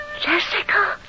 Jessica